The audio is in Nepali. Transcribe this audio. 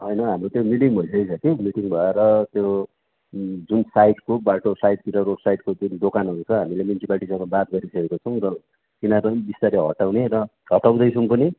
होइन हाम्रो त्यो मिटिङ भइसकेको छ कि मिटिङ भएर त्यो जुन साइडको बाटो साइडतिरको साइडको जुन दोकानहरू छ हामीले म्युनिसिपालिटीसँग बात गरेिसकेको छौँ र तिनीहरू पनि बिस्तारै हटाउने र हटाउँदैछौँ पनि